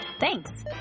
Thanks